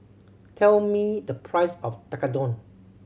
tell me the price of Tekkadon